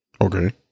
Okay